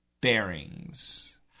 bearings